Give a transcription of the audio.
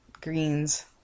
greens